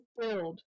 filled